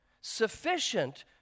sufficient